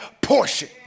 portion